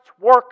work